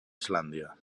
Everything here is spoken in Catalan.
islàndia